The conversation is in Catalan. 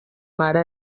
mare